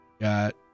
got